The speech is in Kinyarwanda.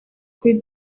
kuri